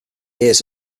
ears